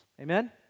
Amen